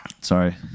Sorry